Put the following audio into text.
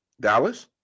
Dallas